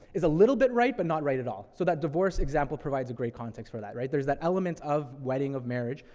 is a little bit right, but not right at all. so that divorce example provides a great context for that, right? there's that element of wedding, of marriage,